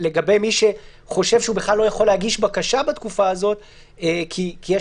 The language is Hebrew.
לגבי מי שחושב שהוא בכלל לא יכול להגיש בקשה בתקופה הזו כי יש